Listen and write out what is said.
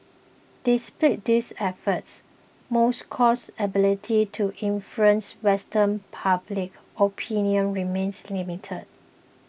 despite these efforts Moscow's ability to influence Western public opinion remains limited